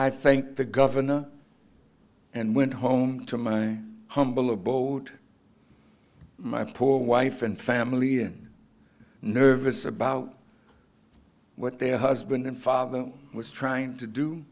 i think the governor and went home to my humble abode my poor wife and family and nervous about what their husband and father was trying to do